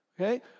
okay